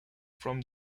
from